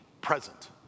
present